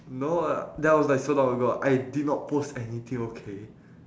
no lah that was like so long ago I did not post anything okay